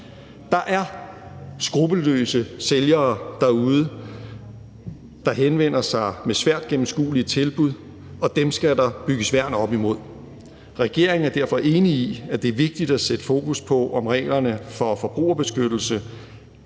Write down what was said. Der er skruppelløse sælgere derude, der henvender sig med svært gennemskuelige tilbud, og dem skal der bygges værn op imod. Regeringen er derfor enige i, at det er vigtigt at sætte fokus på, om reglerne for forbrugerbeskyttelse